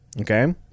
Okay